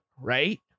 right